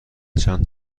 چند